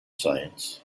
science